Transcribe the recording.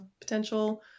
potential